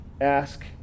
ask